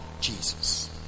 Jesus